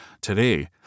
today